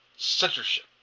censorship